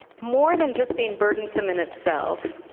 more than just being burdensome in itself,